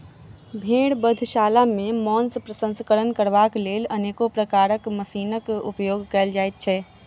भेंड़ बधशाला मे मौंस प्रसंस्करण करबाक लेल अनेको प्रकारक मशीनक उपयोग कयल जाइत छै